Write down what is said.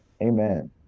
Amen